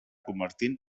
convertint